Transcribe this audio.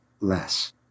less